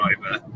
driver